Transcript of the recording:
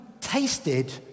tasted